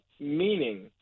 Meaning